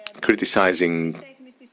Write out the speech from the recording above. Criticizing